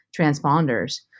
transponders